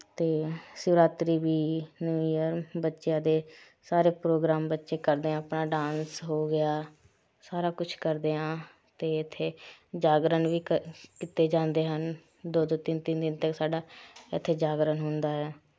ਅਤੇ ਸ਼ਿਵਰਾਤਰੀ ਵੀ new year ਬੱਚਿਆਂ ਦੇ ਸਾਰੇ ਪ੍ਰੋਗਰਾਮ ਬੱਚੇ ਕਰਦੇ ਹਾਂ ਆਪਣਾ ਡਾਂਸ ਹੋ ਗਿਆ ਸਾਰਾ ਕੁਛ ਕਰਦੇ ਹਾਂ ਅਤੇ ਇੱਥੇ ਜਾਗਰਨ ਵੀ ਕ ਕੀਤੇ ਜਾਂਦੇ ਹਨ ਦੋ ਦੋ ਤਿੰਨ ਤਿੰਨ ਦਿਨ ਤੱਕ ਸਾਡਾ ਇੱਥੇ ਜਾਗਰਨ ਹੁੰਦਾ ਆ